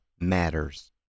matters